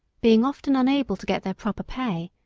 being often unable to get their proper pay,